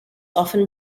often